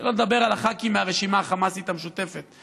שלא לדבר על הח"כים מהרשימה החמאסית המשותפת,